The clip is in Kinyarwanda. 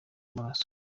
w’amaraso